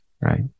Right